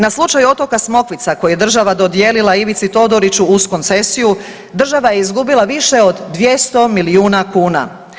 Na slučaju otoka Smokvica, koji je država dodijelila Ivici Todoriću uz koncesiju, država je izgubila više od 200 milijuna kuna.